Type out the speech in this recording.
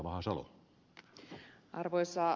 arvoisa puhemies